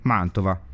Mantova